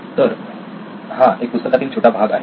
तर हा एका पुस्तकातील छोटा भाग आहे